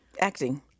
acting